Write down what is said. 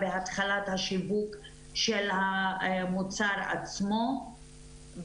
בתחילת שיווק המוצר עצמו